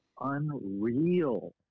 unreal